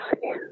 see